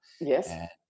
yes